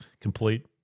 complete